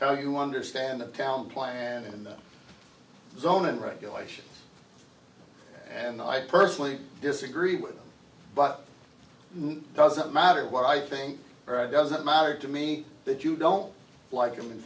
how you understand the town planning and zoning regulations and i personally disagree with them but doesn't matter what i think doesn't matter to me that you don't like them and